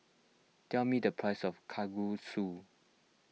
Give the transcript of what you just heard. tell me the price of Kalguksu